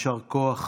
יישר כוח